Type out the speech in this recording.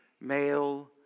male